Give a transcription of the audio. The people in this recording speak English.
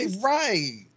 Right